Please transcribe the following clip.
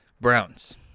Browns